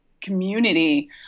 community